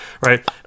right